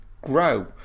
grow